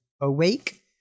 awake